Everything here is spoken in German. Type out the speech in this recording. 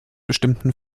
bestimmten